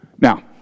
Now